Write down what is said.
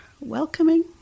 welcoming